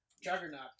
Juggernaut